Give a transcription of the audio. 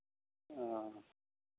हँ